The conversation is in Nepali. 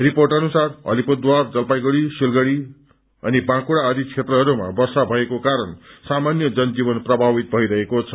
रिपोर्ट अनुसार अलिपुरद्वार जलपाइगढी सिलगढ़ी बाँकुड़ा आदि क्षेत्रहरूमा वर्षा भएको कारण सामान्य जनजीवन प्रभावित भइरहेको छ